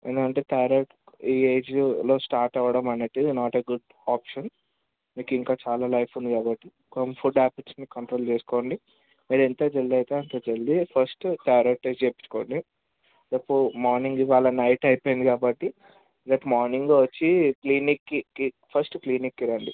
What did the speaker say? ఎందుకంటే థైరాయిడ్ ఈ ఏజ్లో స్టార్ట్ అవ్వడం అనేది నాట్ ఏ గుడ్ ఆప్షన్ మీకు ఇంకా చాలా లైఫ్ ఉంది కాబట్టి కొన్ని ఫుడ్ హ్యాబిట్స్ని కంట్రోల్ చేసుకోండి మీ ఎంత జల్ది అయితే అంత జల్ది ఫస్ట్ థైరాయిడ్ టెస్ట్ చేయించుకోండి రేపు మార్నింగ్ ఇవాళ నైట్ అయిపోయింది కాబట్టి రేపు మార్నింగే వచ్చి క్లినిక్కి ఫస్ట్ క్లినిక్కి రండి